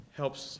helps